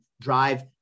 drive